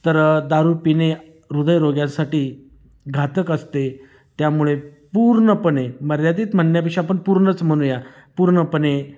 तर दारूपिणे हृदयरोग्यांसाठी घातक असते त्यामुळे पूर्णपणे मर्यादीत म्हणण्यापेक्षा आपण पूर्णच म्हणूया पूर्णपणे